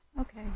Okay